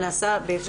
מה נעשה.